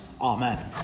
Amen